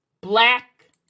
black